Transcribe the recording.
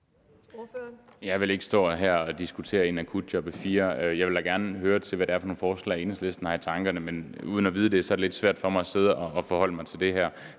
Jeg vil ikke stå her og diskutere en akutjobpakke IV. Jeg vil da gerne høre, hvad det er for nogle forslag, Enhedslisten har i tankerne, men uden at vide det er det lidt svært for mig at forholde mig til det her